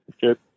Good